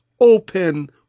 open